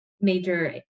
major